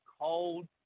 cold